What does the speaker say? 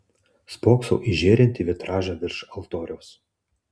spoksau į žėrintį vitražą virš altoriaus